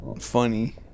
funny